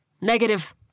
Negative